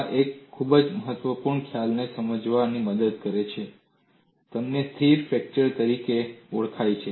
આ એક ખૂબ જ મહત્વપૂર્ણ ખ્યાલને સમજવામાં મદદ કરી છે કે જે તમને સ્થિર ફ્રેક્ચર તરીકે ઓળખાય છે